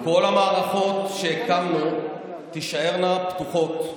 כל המערכות שהקמנו תישארנה פתוחות.